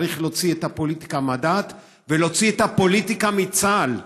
צריך להוציא את הפוליטיקה מהדת ולהוציא את הפוליטיקה מצה"ל,